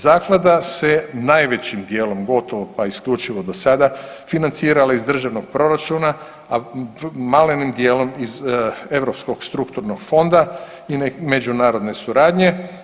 Zaklada se najvećim dijelom, gotovo pa isključivo dosada financirala iz državnog proračuna, a malenim dijelom iz Europskog strukturnog fonda i međunarodne suradnje.